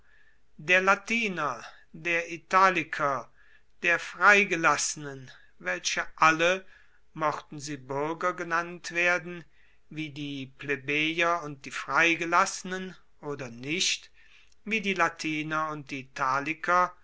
der latiner der italiker der freigelassenen welche alle mochten sie buerger genannt werden wie die plebejer und die freigelassenen oder nicht wie die latiner und die italiker